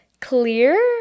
clear